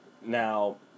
Now